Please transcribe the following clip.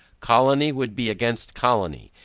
colony would be against colony.